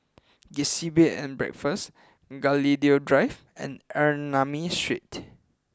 Gusti Bed and Breakfast Gladiola Drive and Ernani Street